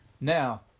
Now